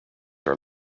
are